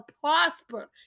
prosper